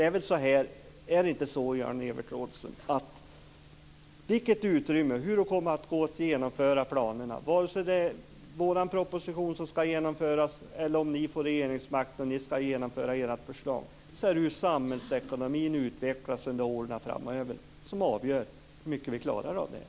Är det inte så, Jan-Evert Rådhström, att när det gäller utrymmet och hur det kommer att gå att genomföra planerna - vare sig det är vår proposition som ska genomföras eller det är ni, om ni får regeringsmakten, som ska genomföra ert förslag - då är det hur samhällsekonomin utvecklas under åren framöver som avgör hur mycket av det här som vi klarar?